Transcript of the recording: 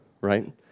right